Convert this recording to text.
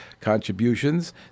contributions